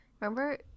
Remember